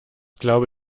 glaube